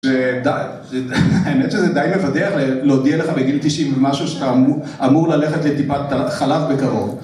האמת שזה די מבדח להודיע לך בגיל 90 משהו שאתה אמור ללכת לטיפת חלב בקרוב.